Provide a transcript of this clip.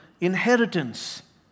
inheritance